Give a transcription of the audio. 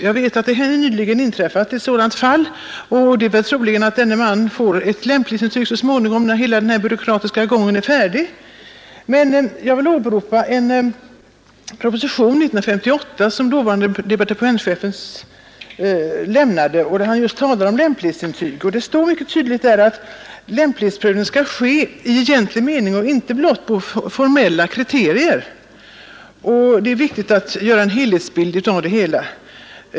Jag vet att det nyligen inträffat ett fall där en polismyndighet i lämplighetsintyget inte ansett den sökande lämplig att få körkort; det är väl troligt att denne man så småningom — när hela den byråkratiska gången är färdig — får sitt körkort. Jag vill åberopa en proposition från år 1958, där dåvarande departe mentschefen just berör lämplighetsintyg. Det står mycket tydligt i propositionen att lämplighetsprövning skall ske i egentlig mening och inte blott på formella kriterier och att det är viktigt att få en helhetsbild.